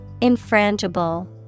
Infrangible